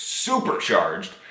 supercharged